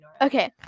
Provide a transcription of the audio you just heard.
Okay